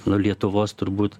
nu lietuvos turbūt